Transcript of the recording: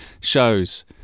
shows